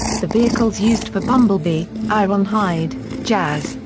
the vehicles used for bumblebee, ironhide, jazz,